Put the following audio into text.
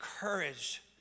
courage